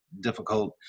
difficult